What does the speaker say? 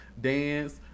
dance